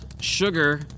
sugar